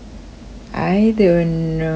I don't know